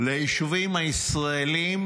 ליישובים הישראליים